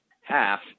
half